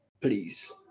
please